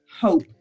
hope